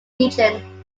region